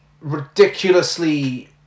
ridiculously